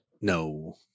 No